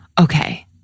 okay